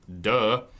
duh